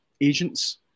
agents